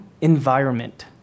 environment